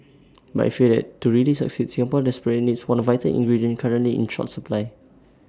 but I fear that to really succeed Singapore desperately needs one vital ingredient currently in short supply